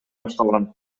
башталган